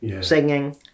singing